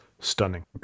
stunning